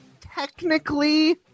technically